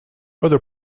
other